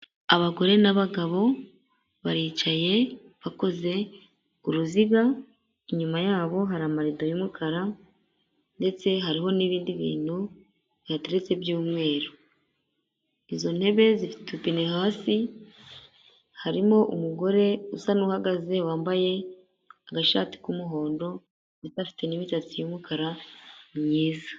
Abagore n'abagabo baricaye bakoze ku uruziga, inyuma yabo hari amarido y'umukara ndetse hariho n'ibindi bintu bihateretse by'umweru, izo ntebe zifite udupine hasi, harimo umugore usa n'uhagaze wambaye agashati k'umuhondo ndetse afite n'imisatsi y'umukara myiza.